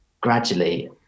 gradually